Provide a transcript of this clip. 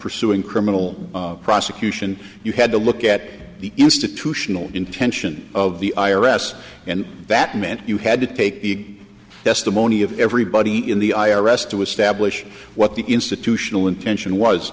pursuing criminal prosecution you had to look at the institutional intention of the i r s and that meant you had to take the testimony of everybody in the i r s to establish what the institutional intention was